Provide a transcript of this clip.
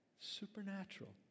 Supernatural